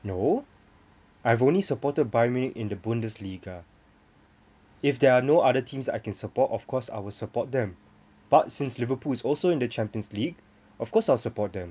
no I have only supported Bayern Munich in the bundesliga if there are no other teams that I can support of course I will support them but since Liverpool is also in the champions league of course I will support them